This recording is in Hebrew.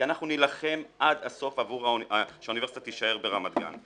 כי אנחנו נילחם עד הסוף שהאוניברסיטה תישאר ברמת גן.